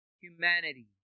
Humanity